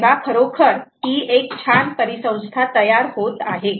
तेव्हा खरोखर ही एक छान परिसंस्था तयार होत आहे